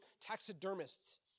taxidermists